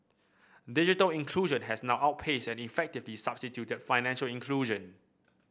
digital inclusion has now outpaced and effectively substituted financial inclusion